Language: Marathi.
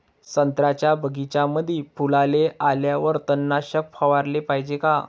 संत्र्याच्या बगीच्यामंदी फुलाले आल्यावर तननाशक फवाराले पायजे का?